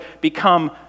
become